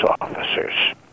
officers